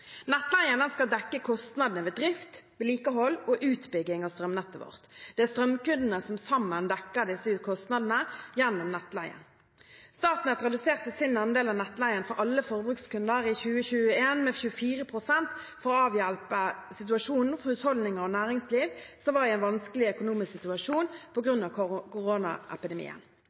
skal dekke kostnadene ved drift, vedlikehold og utbygging av strømnettet vårt. Det er strømkundene som sammen dekker disse kostnadene gjennom nettleien. Statnett reduserte sin andel av nettleien for alle forbrukskunder i 2021 med 24 pst. for å avhjelpe situasjonen for husholdninger og næringsliv som var i en vanskelig økonomisk situasjon